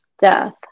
death